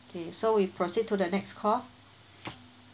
K so we proceed to the next call